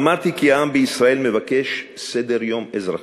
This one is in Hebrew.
אמרתי כי העם בישראל מבקש סדר-יום אזרחי.